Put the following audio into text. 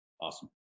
Awesome